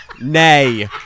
Nay